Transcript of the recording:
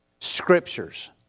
Scriptures